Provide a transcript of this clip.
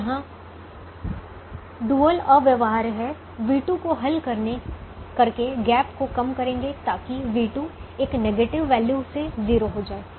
यहां डुअल अव्यवहार्य है v2 को हल करके गैप को कम करेंगे ताकि v2 एक निगेटिव वैल्यू से 0 हो जाए